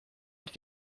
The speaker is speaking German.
und